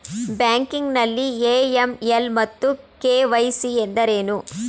Banking ನಲ್ಲಿ AML ಮತ್ತು KYC ಎಂದರೇನು?